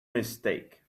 mistake